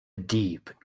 deep